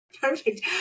Perfect